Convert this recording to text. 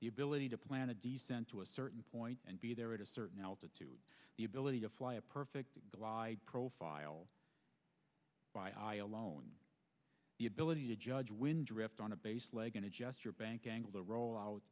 the ability to plan a descent to a certain point and be there at a certain altitude the ability to fly a perfect glide profile by i alone the ability to judge when drift on a base leg and adjust your bank angle to roll out